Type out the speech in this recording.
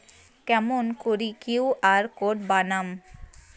কেমন করি QR code বানাম?